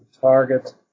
target